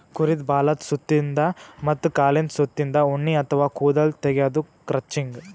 ಕುರಿದ್ ಬಾಲದ್ ಸುತ್ತಿನ್ದ ಮತ್ತ್ ಕಾಲಿಂದ್ ಸುತ್ತಿನ್ದ ಉಣ್ಣಿ ಅಥವಾ ಕೂದಲ್ ತೆಗ್ಯದೆ ಕ್ರಚಿಂಗ್